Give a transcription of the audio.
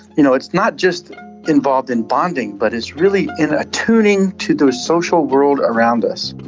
you know it's not just involved in bonding but is really in attuning to the social world around us.